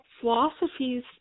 philosophies